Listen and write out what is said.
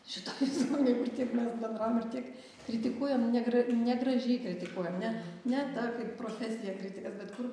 šitokiais žmonėm kur tiek mes bendraujam ir tiek kritikuojam negra negražiai kritikuojam ne ne tą kaip profesija kritikas bet kur